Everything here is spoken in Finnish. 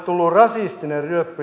arvoisa puhemies